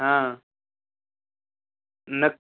हां नक्